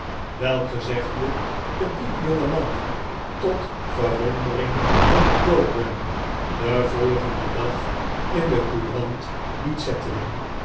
welk gezegde de piepjonge man tot verwondering van pogram den volgenden dag in de courant liet zetten